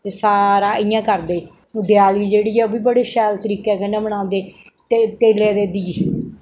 सारा इ'यां करदे देआली जेह्ड़ी ऐ ओह् बी बड़े शैल तरीके कन्नै मनांदे ते तेले दे दिये